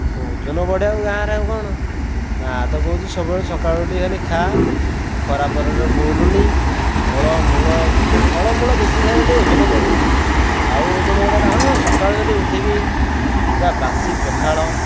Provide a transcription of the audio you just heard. ଓଜନ ବଢ଼ାଇବାକୁ ଗାଁରେ ଆଉ କ'ଣ ମା' ତ କହୁଛି ସବୁବେଳେ ସକାଳୁ ଉଠି ଖାଲି ଖା ଆଉ ଖରା ପରାରେ ବୁଲନି ଫଳ ମୂଳ ଫଳମୂଳ ବେଶି ଖାଇବ ଟିକିଏ ଓଜନ ବଢ଼ିବ ଆଉ ଓଜନ ହଁ ସକାଳୁ ଯଦି ଉଠିକି ପୁରା ବାସି ପଖାଳ